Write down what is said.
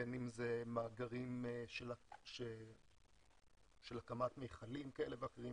בין אם אלה מאגרים של הקמת מכלים כאלה ואחרים